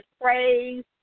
praise